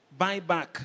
buyback